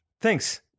thanks